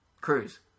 Cruise